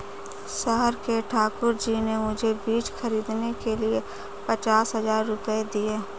शहर के ठाकुर जी ने मुझे बीज खरीदने के लिए पचास हज़ार रूपये दिए